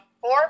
four